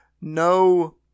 no